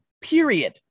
period